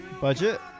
budget